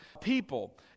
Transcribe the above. people